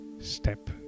step